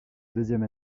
deuxième